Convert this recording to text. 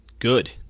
Good